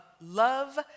love